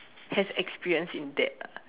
has experience in that lah